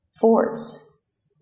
forts